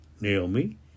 Naomi